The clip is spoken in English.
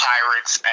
Pirates